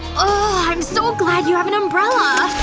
ooh i'm so glad you have an umbrella!